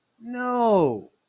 No